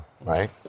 right